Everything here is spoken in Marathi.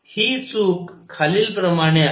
ती चूक खालीलप्रमाणे आहे